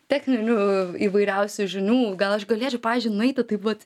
techninių įvairiausių žinių gal aš galėčiau pavyzdžiui nueiti taip vat